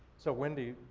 so, wendy,